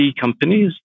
companies